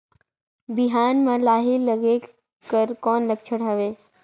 बिहान म लाही लगेक कर कौन लक्षण हवे?